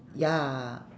ya